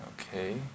Okay